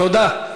תודה.